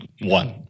One